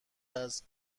است